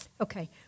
Okay